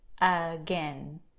again